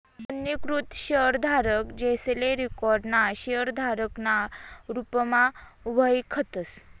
नोंदणीकृत शेयरधारक, जेसले रिकाॅर्ड ना शेयरधारक ना रुपमा वयखतस